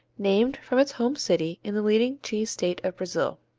named from its home city in the leading cheese state of brazil.